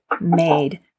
made